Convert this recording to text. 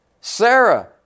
Sarah